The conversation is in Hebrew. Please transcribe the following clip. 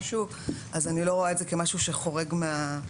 אז אני לא רואה את זה כמשהו שחורד מהנושא.